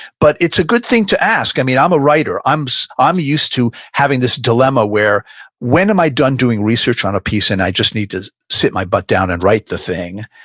but it's a good thing to ask. i'm you know i'm a writer, i'm so i'm used to having this dilemma where when am i done doing research on a piece and i just need to sit my butt down and write the thing,